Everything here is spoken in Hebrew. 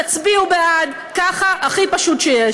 תצביעו בעד, ככה, הכי פשוט שיש.